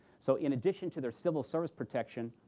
so in addition to their civil service protection,